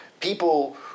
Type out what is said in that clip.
people